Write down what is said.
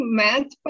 math